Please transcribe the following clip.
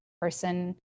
person